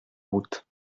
route